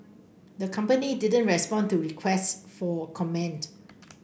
the company didn't respond to requests for comment